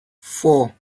four